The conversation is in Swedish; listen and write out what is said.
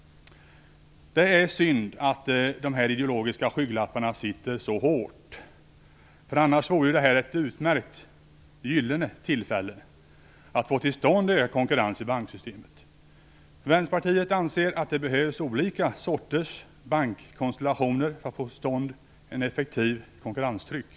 Det är synd att dessa ideologiska skygglappar sitter så hårt. Detta är ju annars ett utmärkt gyllene tillfälle att få till stånd ökad konkurrens i banksystemet. Vänsterpartiet anser att det behövs olika sorters bankkonstellationer för att få till stånd ett effektivt konkurrenstryck.